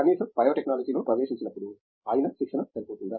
కనీసం బయోటెక్నాలజీలో ప్రవేశించినప్పుడు అయినా శిక్షణ సరిపోతుందా